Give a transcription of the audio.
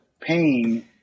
paying